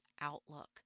outlook